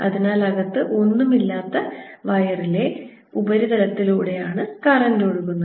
അതിനാൽ അകത്ത് ഒന്നും ഇല്ലാത്ത വയറിൻറെ ഉപരിതലത്തിലൂടെ ആണ് കറൻറ് ഒഴുകുന്നത്